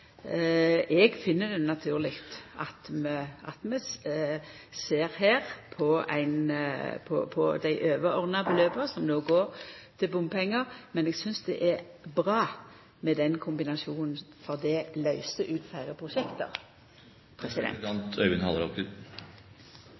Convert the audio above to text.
Eg finn det naturleg at vi ser på dei overordna beløpa som no går til bompengar. Men eg synest det er bra med den kombinasjonen, for det